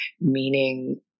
meaning